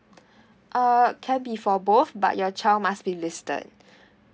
uh can be for both but your child must be listed